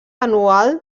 anual